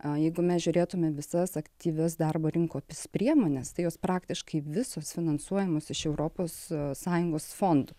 o jeigu mes žiūrėtumėme visas aktyvias darbo rinkos priemones tai jos praktiškai visos finansuojamos iš europos sąjungos fondų